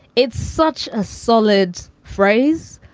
it's such a solid phrase.